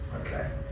okay